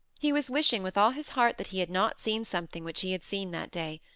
he was wishing with all his heart that he had not seen something which he had seen that day.